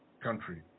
country